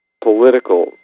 political